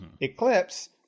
eclipse